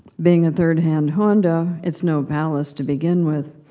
being a third-hand honda, it's no palace to begin with.